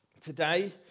today